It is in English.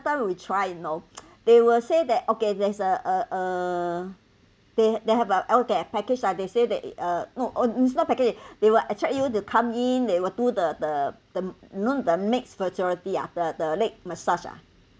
another we try you know they will say that okay there's a a a they they have our okay package ah they say that it a no it's not package they will attract you to come in they will do the the the you know the mixed ah you know the leg massage ah